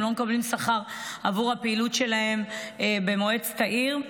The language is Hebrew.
הם לא מקבלים שכר עבור הפעילות שלהם במועצת העיר.